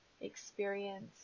experience